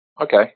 Okay